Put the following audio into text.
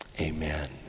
Amen